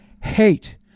hate